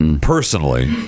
personally